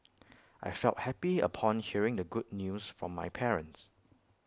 I felt happy upon hearing the good news from my parents